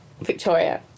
Victoria